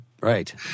Right